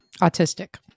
Autistic